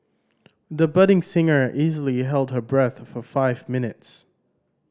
the budding singer easily held her breath for five minutes